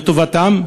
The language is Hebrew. לטובתם,